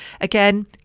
Again